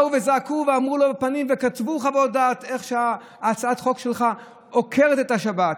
זעקו ואמרו לו בפנים וכתבו חוות דעת: איך הצעת החוק שלך עוקרת את השבת.